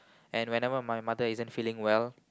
and whenever my mother isn't feeling well